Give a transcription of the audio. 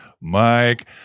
Mike